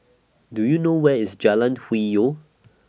Do YOU know Where IS Jalan Hwi Yoh